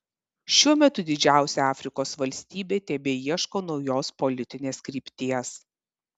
šiuo metu didžiausia afrikos valstybė tebeieško naujos politinės krypties